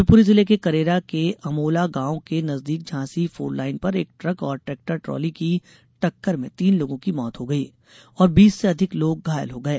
शिवपुरी जिले के करेरा के अमोला गांव के नजदीक झांसी फोरलाइन पर एक ट्रक और ट्रेक्टर ट्राली की टक्कर में तीन लोगों की मौत हो गई और बीस से अधिक लोग घायल हो गये